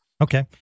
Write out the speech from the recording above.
Okay